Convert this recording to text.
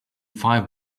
five